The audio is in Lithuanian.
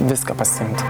viską pasiimti